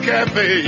Cafe